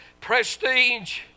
prestige